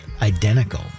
identical